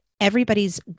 everybody's